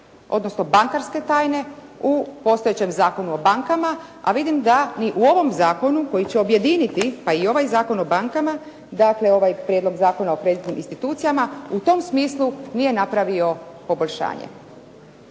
odnosno bankarske tajne u postojećem Zakonu o bankama, a vidim da ni u ovom zakonu koji će objediniti, pa i ovaj Zakon o bankama dakle ovaj prijedlog Zakona o kreditnim institucijama u tom smislu nije napravio poboljšanje.